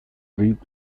rieb